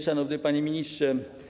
Szanowny Panie Ministrze!